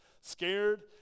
scared